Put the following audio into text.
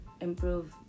improve